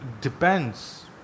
depends